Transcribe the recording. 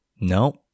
No